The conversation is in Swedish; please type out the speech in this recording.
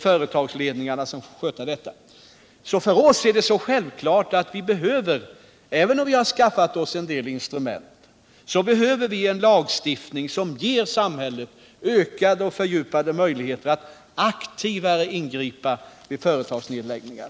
För oss är det därför självklart att vi även om vi har skaffat oss en del andra instrument — behöver en lagstiftning som ger samhället ökade och fördjupade möjligheter att aktivare ingripa vid företagnedläggningar.